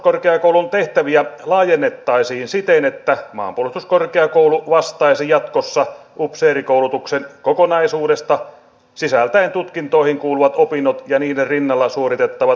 maanpuolustuskorkeakoulun tehtäviä laajennettaisiin siten että maanpuolustuskorkeakoulu vastaisi jatkossa upseerikoulutuksen kokonaisuudesta sisältäen tutkintoihin kuuluvat opinnot ja niiden rinnalla suoritettavat sotilasammatilliset opinnot